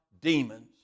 demons